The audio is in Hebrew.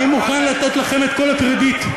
אני מוכן לתת לכם את כל הקרדיט.